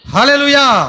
Hallelujah